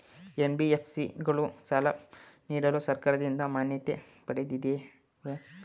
NBFC ಗಳು ಸಾಲ ನೀಡಲು ಸರ್ಕಾರದಿಂದ ಮಾನ್ಯತೆ ಪಡೆದಿವೆಯೇ?